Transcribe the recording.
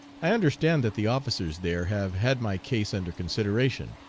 i understand that the officers there have had my case under consideration,